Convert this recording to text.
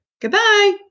Goodbye